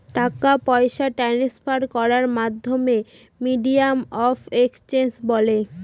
টাকা পয়সা ট্রান্সফার করার মাধ্যমকে মিডিয়াম অফ এক্সচেঞ্জ বলে